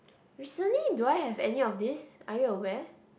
recently do I have any of this are you aware